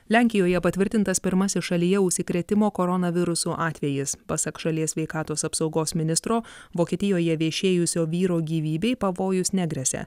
lenkijoje patvirtintas pirmasis šalyje užsikrėtimo koronavirusu atvejis pasak šalies sveikatos apsaugos ministro vokietijoje viešėjusio vyro gyvybei pavojus negresia